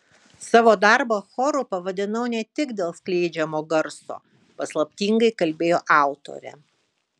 savo darbą choru pavadinau ne tik dėl skleidžiamo garso paslaptingai kalbėjo autorė